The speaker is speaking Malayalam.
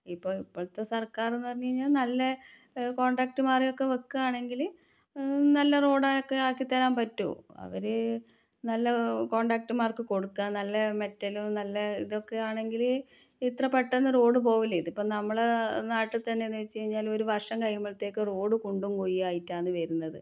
ഇപ്പോൾ ഇപ്പോഴത്തെ സർക്കാർ എന്ന് പറഞ്ഞുകഴിഞ്ഞാൽ നല്ല കോണ്ടാക്ട്മാർ ഒക്കെ വയ്ക്കുകയാണെങ്കിൽ നല്ല റോഡ് ഒക്കെ ആക്കിത്തരാൻ പറ്റും അവർ നല്ല കോണ്ടാക്ടുമാർക്ക് കൊടുക്കുക നല്ല മെറ്റലും നല്ല ഇതൊക്കെ ആണെങ്കിൽ ഇത്ര പെട്ടെന്ന് റോഡ് പോവില്ല ഇതിപ്പോൾ നമ്മള നാട്ടിൽത്തന്നെ എന്ന് വെച്ച്കഴിഞ്ഞാൽ ഒരു വർഷം കഴിയുമ്പോഴത്തേക്കും റോഡ് കുണ്ടും കുഴിയും ആയിട്ടാണ് വരുന്നത്